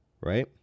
right